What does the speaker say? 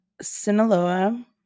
Sinaloa